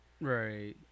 Right